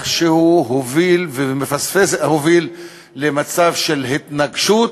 על איך שהוא הוביל למצב של התנגשות